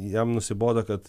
jam nusibodo kad